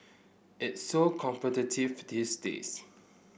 it's so competitive these days